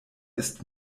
ist